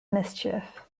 mischief